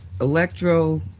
electro